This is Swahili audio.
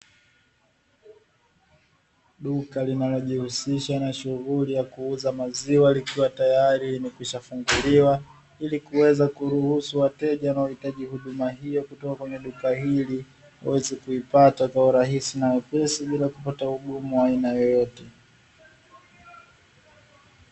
Duka linalojihusisha na shughuli ya kuuza maziwa, likiwa tayari limekwishafunguliwa, ili kuweza kuruhusu wateja waohitaji huduma hiyo kutoka kwenye duka hili kuweza kuipata kwa urahisi na wepesi bila kupata ugumu wa aina yoyote.